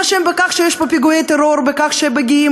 מי אשם בכך שיש פה פיגועי טרור או בכך שמגיעים